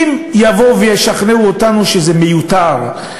אם יבואו וישכנעו אותנו שזה מיותר,